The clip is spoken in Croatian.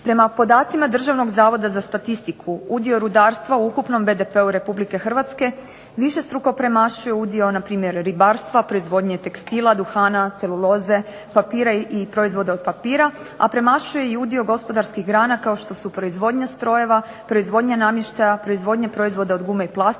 Prema podacima DZS-a udio rudarstva u ukupnom BDP-u RH višestruko premašuje udio npr. ribarstva, proizvodnje tekstila, duhana, celuloze, papira i proizvoda od papira, a premašuje i udio gospodarskih grana kao što su proizvodnja strojeva, proizvodnja namještaja, proizvodnja proizvoda od gume i plastike,